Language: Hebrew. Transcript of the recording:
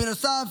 בנוסף,